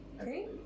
okay